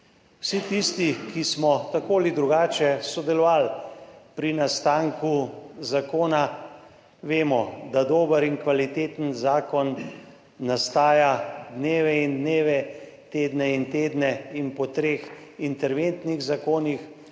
Vsi tisti, ki smo tako ali drugače sodelovali pri nastanku zakona, vemo, da dober in kvaliteten zakon nastaja dneve in dneve, tedne in tedne. Po treh interventnih zakonih